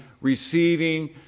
receiving